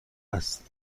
است